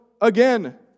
again